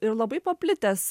ir labai paplitęs